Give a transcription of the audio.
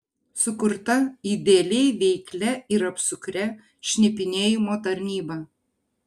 sukurta idealiai veiklia ir apsukria šnipinėjimo tarnyba